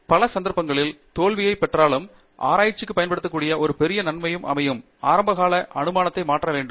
உங்கள் தோல்வியைப் பெற நீங்கள் பயன்படுத்தக்கூடிய ஆராய்ச்சிக்கு ஒரு பெரிய நன்மையும் பல சந்தர்ப்பங்களில் நீங்கள் ஆரம்ப ஆரம்ப அனுமானங்களை மாற்ற வேண்டும்